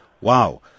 Wow